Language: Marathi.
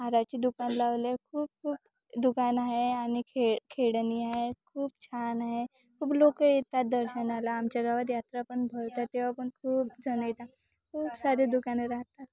हाराचे दुकान लावले आहे खूप खूप दुकान आहे आणि खेळ खेळणी आहे खूप छान आहे खूप लोक येतात दर्शनाला आमच्या गावात यात्रा पण भरतात तेव्हा पण खूप जण येतात खूप सारे दुकानं राहतात